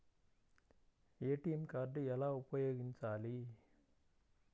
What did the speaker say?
ATM card ఎలా ఉపయోగించాలి?